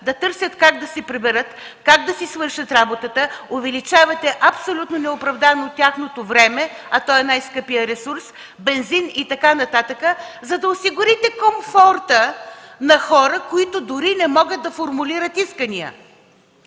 да търсят начини как да се приберат, как да си свършат работата, увеличавате абсолютно неоправдано тяхното време, а то е най-скъпият ресурс, бензин и така нататък, за да осигурите комфорта на хора, които дори не могат да формулират искания.